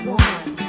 one